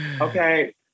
Okay